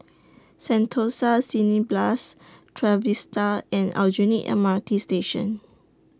Sentosa Cineblast Trevista and Aljunied M R T Station